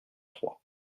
trois